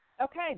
Okay